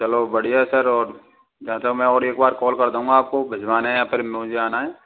चलो बढ़िया है सर और जाते हुए मैं और एक बार कॉल कर दूँगा आपको भिजवाना है या मुझे आना है